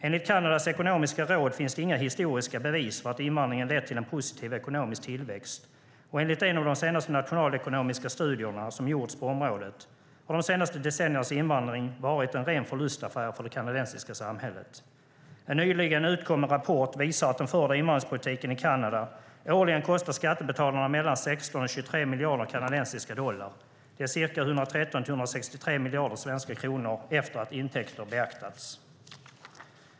Enligt Kanadas ekonomiska råd finns det inga historiska bevis för att invandringen lett till en positiv ekonomisk tillväxt, och enligt en av de senaste nationalekonomiska studier som gjorts på området har de senaste decenniernas invandring varit en ren förlustaffär för det kanadensiska samhället. En nyligen utkommen rapport visar att den förda invandringspolitiken i Kanada årligen kostar skattebetalarna mellan 16 och 23 miljarder kanadensiska dollar. Det är ca 113-163 miljarder svenska kronor efter att intäkter beaktats.